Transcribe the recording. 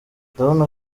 ndabona